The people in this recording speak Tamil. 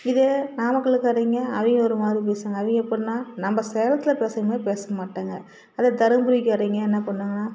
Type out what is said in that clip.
இதே நாமக்கல்லுக்காரைங்க அவிகள் ஒரு மாதிரி பேசுவாங்க அவிகள் எப்படின்னா நம்ம சேலத்தில் பேசுகிற மாதிரி பேச மாட்டாங்க அதே தர்மபுரிக்காரைங்க என்ன பண்ணுவாங்கன்னா